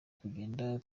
kugenda